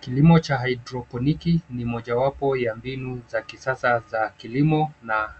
Kilimo cha haidroponiki ni mojawapo ya mbinu za kisasa za kilimo na